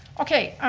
okay.